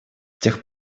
тех